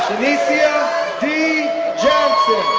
shanecia dee johnson,